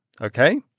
Okay